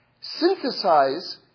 synthesize